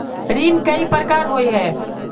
ऋण कई प्रकार होए है?